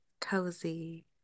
cozy